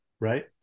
right